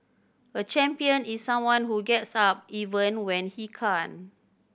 a champion is someone who gets up even when he can't